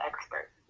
expert